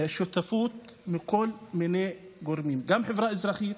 לשותפות עם כל מיני גורמים, גם חברה אזרחית,